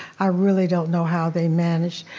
i really don't know how they manage.